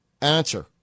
Answer